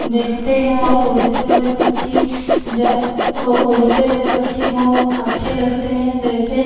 देखते हैं और उड़ते हुए पक्षी और उड़ते हुए पक्षी अच्छे लगते हैं जैसे